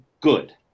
good